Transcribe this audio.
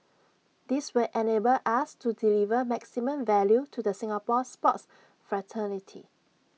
this will enable us to deliver maximum value to the Singapore sports fraternity